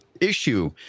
issue